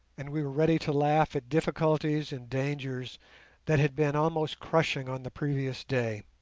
and we were ready to laugh at difficulties and dangers that had been almost crushing on the previous day.